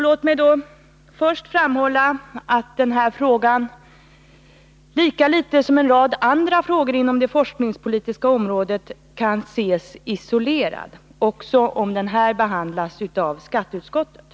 Låt mig först framhålla att den här frågan lika litet som en rad andra frågor inom det forskningspolitiska området kan ses isolerad, också om den här behandlas av skatteutskottet.